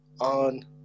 on